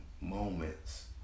moments